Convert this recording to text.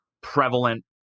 prevalent